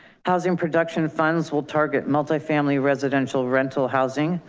housing production funds will target multifamily, residential rental housing.